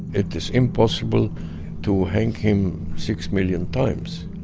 it is impossible to hang him six million times